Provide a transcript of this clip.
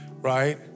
right